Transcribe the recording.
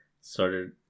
started